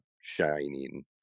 shining